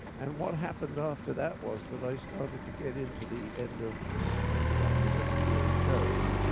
and what happened after that was that i started to get into the end of end of academic year shows.